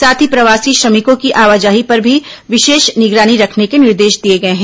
साथ ही प्रवासी श्रमिकों की आवाजाही पर भी विशेष निगरानी रखने के निर्देश दिए गए हैं